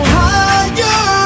higher